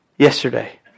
Yesterday